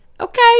okay